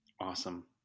Awesome